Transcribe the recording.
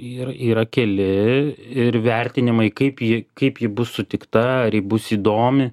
ir yra keli ir vertinimai kaip ji kaip ji bus sutikta ar ji bus įdomi